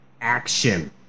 action